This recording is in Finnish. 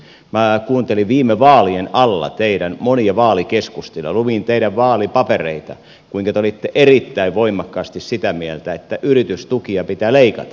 minä kuuntelin viime vaalien alla teidän monia vaalikeskustelujanne luin teidän vaalipapereitanne kuinka te olitte erittäin voimakkaasti sitä mieltä että yritystukia pitää leikata